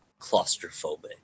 claustrophobic